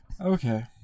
Okay